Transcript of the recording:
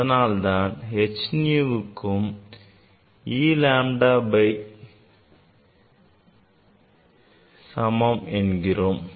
அதனால்தான் h nuக்கு c by lambda சமம் என்கிறோம்